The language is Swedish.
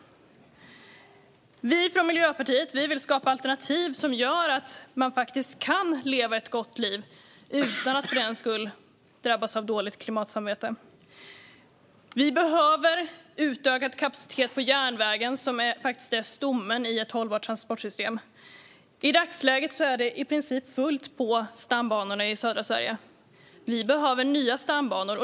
Vi från Miljöpartiet vill skapa alternativ som gör att man faktiskt kan leva ett gott liv utan att för den skull drabbas av dåligt klimatsamvete. Vi behöver utökad kapacitet på järnvägen, som faktiskt är stommen i ett hållbart transportsystem. I dagsläget är det i princip fullt på stambanorna i södra Sverige. Vi behöver nya stambanor.